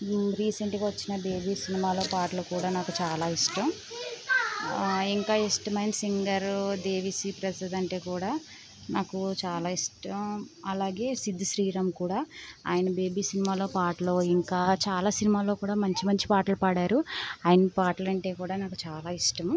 ఆ రీసెంట్గా వచ్చిన బేబీ సినిమాలో పాటలు కూడా నాకు చాలా ఇష్టం ఆ ఇంకా ఇష్టమైన సింగరు దేవిశ్రీ ప్రసాద్ అంటే కూడా నాకు చాలా ఇష్టం అలాగే సిద్దు శ్రీరామ్ కూడా ఆయన బేబీ సినిమాలో పాటలు ఇంకా చాలా సినిమాల్లో కూడా మంచి మంచి పాటలు పాడారు ఆయన పాటలు అంటే కూడా నాకు చాలా ఇష్టం